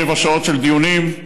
שבע שעות של דיונים,